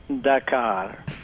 Dakar